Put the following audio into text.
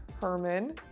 Herman